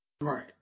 right